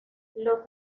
los